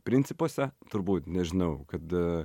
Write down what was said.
principuose turbūt nežinau kad